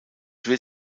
wird